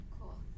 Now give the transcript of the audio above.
Cool